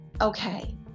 okay